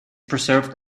preserved